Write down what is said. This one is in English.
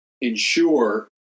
ensure